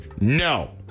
no